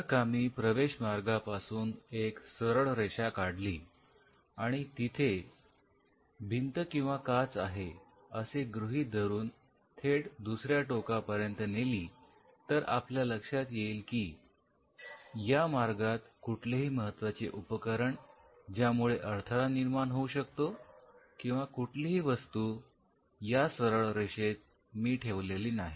जर का मी प्रवेश मार्गापासून एक सरळ रेषा काढली आणि तिथे भिंत किंवा काच आहे असे गृहीत धरून थेट दुसऱ्या टोकापर्यंत नेली तर आपल्या लक्षात येईल की या मार्गात कुठलेही महत्त्वाचे उपकरण ज्यामुळे अडथळा निर्माण होऊ शकतो अशी कुठलीही वस्तू या सरळ रेषेत मी ठेवलेली नाही